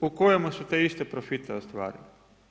u kojemu su te iste profite ostvarile.